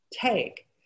take